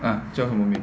ah 叫什么名